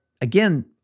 again